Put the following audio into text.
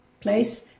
place